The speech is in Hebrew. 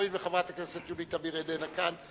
הואיל וחברת הכנסת יולי תמיר איננה כאן,